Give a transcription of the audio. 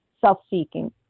self-seeking